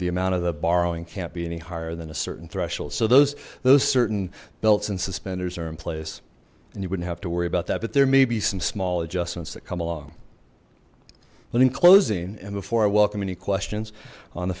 the amount of the borrowing can't be any higher than a certain threshold so those those certain belts and suspenders are in place and you wouldn't have to worry about that but there may be some small adjustments that come along but in closing and before i welcome any questions on the